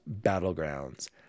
Battlegrounds